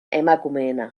emakumeena